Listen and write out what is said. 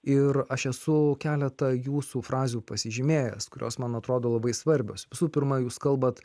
ir aš esu keletą jūsų frazių pasižymėjęs kurios man atrodo labai svarbios visų pirma jūs kalbat